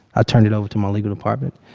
i turned it over to my legal department.